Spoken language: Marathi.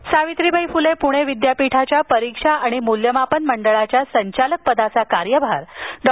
काकडे सावित्रीबाई फुले पूणे विद्यापीठाच्या परीक्षा आणि मूल्यमापन मंडळाच्या संचालकपदाचा कार्यभार डॉ